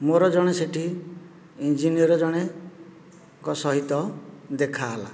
ମୋର ଜଣେ ସେଠି ଇଞ୍ଜିନିୟର ଜଣେ ଙ୍କ ସହିତ ଦେଖା ହେଲା